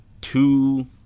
two